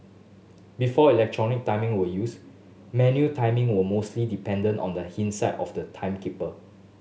before electronic timing were used manual timing were mostly dependent on the of the timekeeper